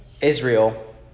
Israel